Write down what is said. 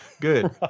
good